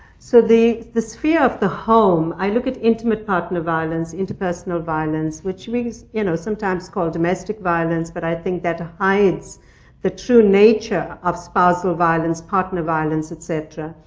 so the the sphere of the home. i look at intimate partner violence, interpersonal violence, which means you know sometimes called domestic violence but i think that hides the true nature of spousal violence, partner violence, et cetera.